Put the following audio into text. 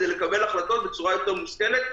כדי לקבל החלטות בצורה יותר מושכלת,